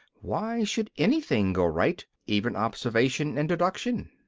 why should anything go right even observation and deduction?